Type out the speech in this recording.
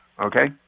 okay